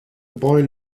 boy